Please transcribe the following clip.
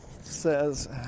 says